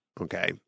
Okay